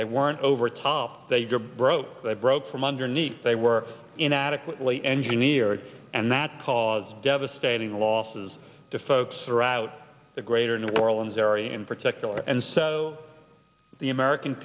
they weren't overtopped they were broke they broke from underneath they were inadequately engineered and that caused devastating losses to folks or out the greater new orleans area in particular and so the american